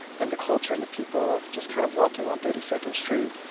and the culture and the people of just kind of walking on thirty second street,